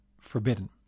forbidden